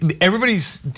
Everybody's